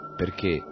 perché